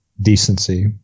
decency